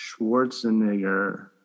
Schwarzenegger